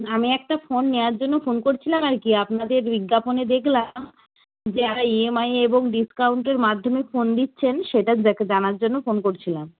আমি একটা ফোন নেওয়ার জন্য ফোন করছিলাম আর কি আপনাদের বিজ্ঞাপনে দেখলাম যে ইএমআই এবং ডিসকাউন্টের মাধ্যমে ফোন দিচ্ছেন সেটা দেখা জানার জন্য ফোন করছিলাম